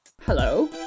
Hello